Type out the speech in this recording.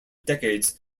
decades